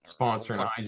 Sponsoring